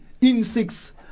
insects